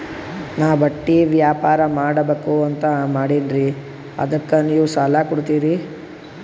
ನಾನು ಬಟ್ಟಿ ವ್ಯಾಪಾರ್ ಮಾಡಬಕು ಅಂತ ಮಾಡಿನ್ರಿ ಅದಕ್ಕ ನೀವು ಸಾಲ ಕೊಡ್ತೀರಿ?